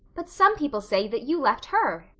but some people say that you left her.